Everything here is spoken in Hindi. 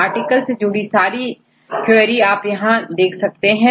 आर्टिकल से जुड़ी सारी क्वेरी आप यहां कर सकते हैं